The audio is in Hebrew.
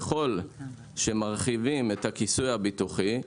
ככל שמרחיבים את הכיסוי הביטוחי,